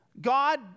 God